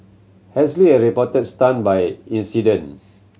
Halsey is reportedly stunned by incident